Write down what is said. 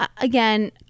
again